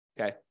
Okay